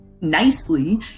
nicely